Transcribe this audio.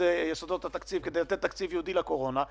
יסודות התקציב כדי לתת תקציב ייעודי לקורונה.